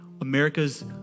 America's